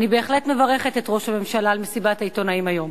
אני בהחלט מברכת את ראש הממשלה על מסיבת העיתונאים היום.